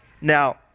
now